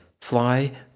Fly